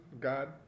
God